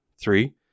Three